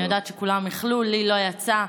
אני יודעת שכולם איחלו, לי לא יצא.